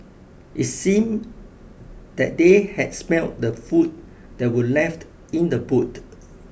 it seemed that they had smelt the food that were left in the boot